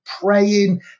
praying